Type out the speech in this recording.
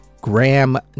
Graham